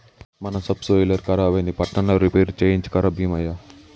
మన సబ్సోయిలర్ ఖరాబైంది పట్నంల రిపేర్ చేయించుక రా బీమయ్య